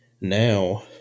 now